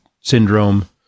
syndrome